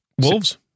Wolves